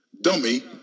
dummy